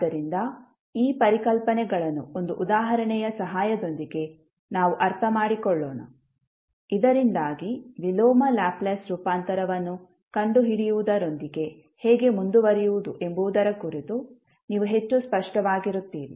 ಆದ್ದರಿಂದ ಈ ಪರಿಕಲ್ಪನೆಗಳನ್ನು ಒಂದು ಉದಾಹರಣೆಯ ಸಹಾಯದೊಂದಿಗೆ ನಾವು ಅರ್ಥಮಾಡಿಕೊಳ್ಳೋಣ ಇದರಿಂದಾಗಿ ವಿಲೋಮ ಲ್ಯಾಪ್ಲೇಸ್ ರೂಪಾಂತರವನ್ನು ಕಂಡುಹಿಡಿಯುವುದರೊಂದಿಗೆ ಹೇಗೆ ಮುಂದುವರಿಯುವುದು ಎಂಬುದರ ಕುರಿತು ನೀವು ಹೆಚ್ಚು ಸ್ಪಷ್ಟವಾಗಿರುತ್ತೀರಿ